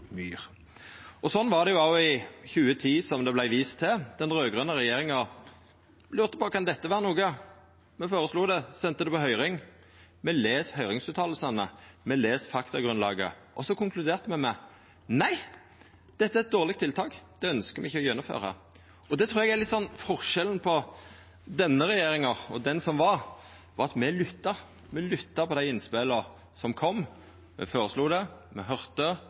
myr. Sånn var det jo òg i 2010, som det vart vist til. Den raud-grøne regjeringa lurte på: Kan dette vera noko? Me føreslo det, me sende det på høyring, me las høyringsutsegnene, me las faktagrunnlaga, og så konkluderte me med: Nei, dette er eit dårleg tiltak, det ønskjer me ikkje å gjennomføra. Eg trur at litt av forskjellen på denne regjeringa og den som var, var at me lytta. Me lytta på dei innspela som kom, me føreslo det, me høyrde,